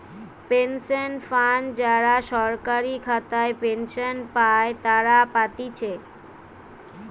pension fund যারা সরকারি খাতায় পেনশন পাই তারা পাতিছে